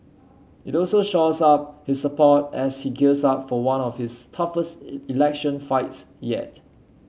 it also shores up his support as he gears up for one of his toughest election fights yet